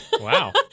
Wow